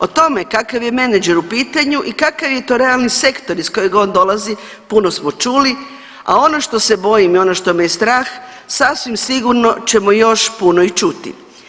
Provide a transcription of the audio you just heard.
O tome kakav je menadžer u pitanju i kakav je to realni sektor iz kojeg on dolazi puno smo čuli, a ono što se bojim i ono što me je strah sasvim sigurno ćemo još puno i čuti.